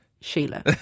Sheila